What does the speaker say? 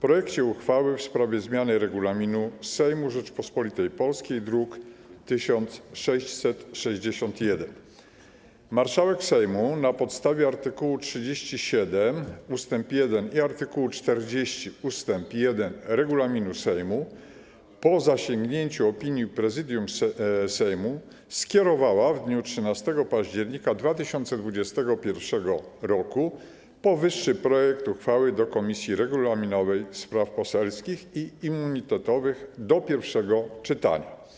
projekcie uchwały w sprawie zmiany regulaminu Sejmu Rzeczypospolitej Polskiej, druk nr 1661. Marszałek Sejmu, na podstawie art. 37 ust. 1 i art. 40 ust. 1 regulaminu Sejmu, po zasięgnięciu opinii Prezydium Sejmu, skierowała w dniu 13 października 2021 r. powyższy projekt uchwały do Komisji Regulaminowej, Spraw Poselskich i Immunitetowych do pierwszego czytania.